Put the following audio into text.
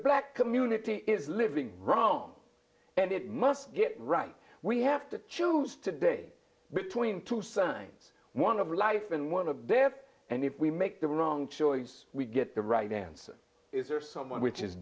black community is living wrong and it must get right we have to choose today between two signs one of life and one of death and if we make the wrong choice we get the right answer is or someone which is